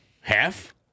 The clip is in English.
Half